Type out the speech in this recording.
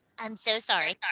i'm so sorry.